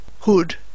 hood